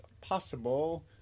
possible